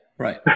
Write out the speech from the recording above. Right